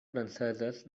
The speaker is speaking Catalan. franceses